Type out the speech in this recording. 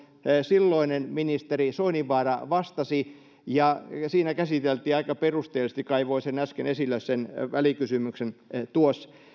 silloinen ministeri soininvaara vastasi siinä käsiteltiin tämä aika perusteellisesti kaivoin tuossa äsken esille sen välikysymyksen